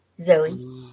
Zoe